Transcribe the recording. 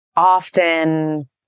often